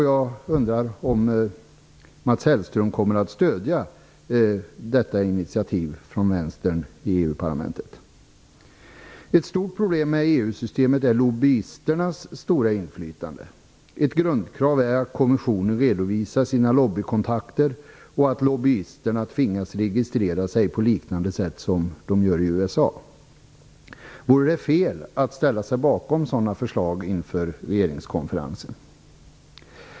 Jag undrar om Mats Hellström kommer att stödja detta initiativ från Vänstern i EU-parlamentet. Ett stort problem i EU-systemet är lobbyisternas stora inflytande. Ett grundkrav är att kommissionen redovisar sina lobbykontakter och att lobbyisterna tvingas registrera sig på liknande sätt som sker i USA. Vore det fel att ställa sig bakom sådana förslag inför regeringskonferensen?